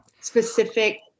specific